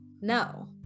No